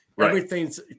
Everything's